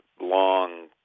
long